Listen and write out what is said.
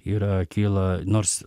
yra kyla nors